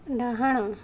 ଡାହାଣ